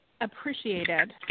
appreciated